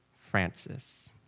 Francis